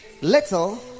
little